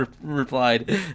replied